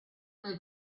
nel